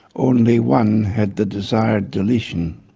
only one had the desired deletion.